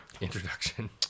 introduction